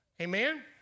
Amen